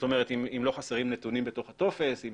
אם לא חסרים נתונים בתוך הטופס,